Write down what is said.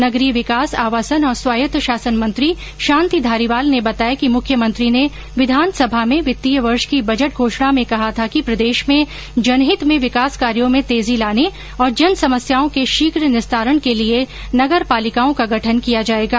नगरीय विकास आवासन और स्वायत्ता शासन मंत्री शांति धारीवाल ने बताया कि मुख्यमंत्री ने विधानसभा में वि त्तीय वर्ष की बजट घोषणा में कहा था कि प्रदेश में जनहित में विकास कार्यों में तेजी लाने और जनसमस्याओं के शीघ्र निस्तारण के लिए नगर पालिकाओं का गठन किया जाएगा